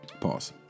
Pause